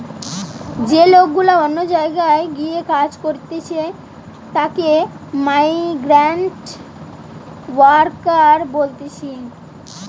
যে লোক গুলা অন্য জায়গায় গিয়ে কাজ করতিছে তাকে মাইগ্রান্ট ওয়ার্কার বলতিছে